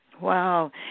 Wow